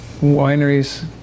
wineries